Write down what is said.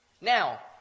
Now